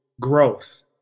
growth